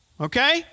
Okay